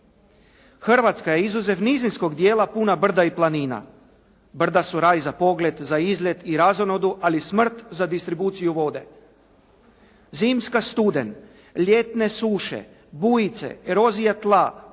Hrvatska je izuzev nizinskog dijela puna brda i planina. Brda su raj za pogled, za izlet i razonodu ali smrt za distribuciju vode. Zimska studen, ljetne suše, bujice, erozija tla,